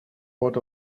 what